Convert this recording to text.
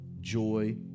joy